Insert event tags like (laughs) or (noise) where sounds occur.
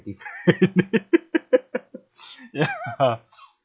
(laughs) ya (laughs)